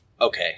Okay